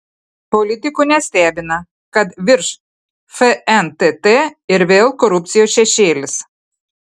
politikų nestebina kad virš fntt ir vėl korupcijos šešėlis